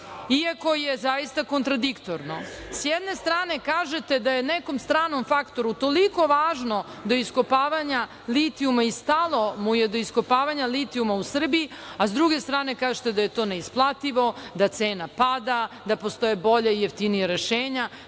iako je zaista kontradiktorno.S jedne strane kažete da je nekom stranom faktoru toliko važno i stalo do iskopavanja litijuma u Srbiji, a sa druge strane kažete da je to neisplativo, da cena pada, da postoje bolja i jeftinija rešenja,